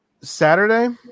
Saturday